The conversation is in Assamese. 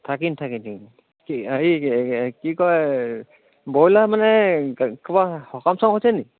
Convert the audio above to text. থাকিম থাকিম থাকিম কি হেৰি কি কয় ব্ৰইলাৰ মানে ক'ৰবাত সকাম চকাম হৈছে নি